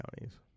counties